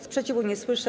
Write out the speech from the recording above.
Sprzeciwu nie słyszę.